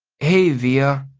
hey, via,